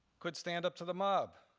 could stand up to the mob,